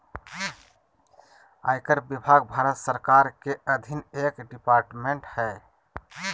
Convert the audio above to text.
आयकर विभाग भारत सरकार के अधीन एक डिपार्टमेंट हय